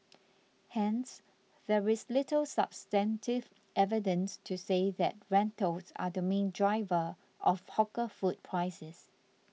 hence there is little substantive evidence to say that rentals are the main driver of hawker food prices